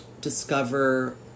discover